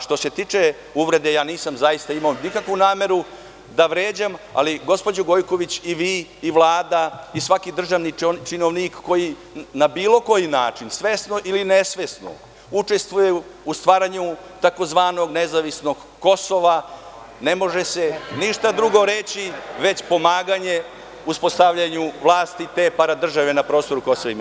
Što se tiče uvrede, ja nisam zaista imao nikakvu nameru da vređam, ali gospođo Gojković, i vi, i Vlada, i svaki državni činovnik koji na bilo koji način, svesno ili nesvesno, učestvuje u stvaranju tzv. nezavisnog Kosova, ne može se ništa drugo reći, već pomaganja uspostavljanju vlasti te paradržave na prostoru KiM.